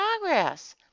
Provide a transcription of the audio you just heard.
progress